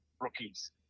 rookies